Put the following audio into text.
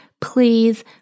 please